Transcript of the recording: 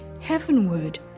heavenward